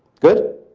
good?